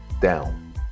down